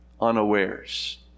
unawares